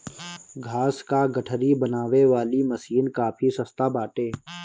घास कअ गठरी बनावे वाली मशीन काफी सस्ता बाटे